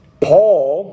Paul